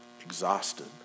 exhausted